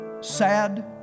sad